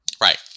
Right